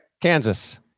Kansas